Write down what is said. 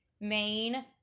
main